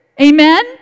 Amen